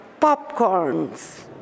popcorns